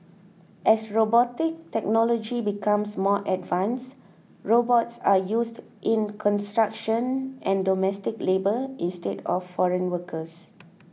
as robotic technology becomes more advanced robots are used in construction and domestic labour instead of foreign workers